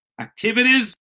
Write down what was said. activities